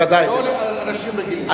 לא על אנשים רגילים.